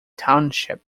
township